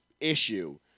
issue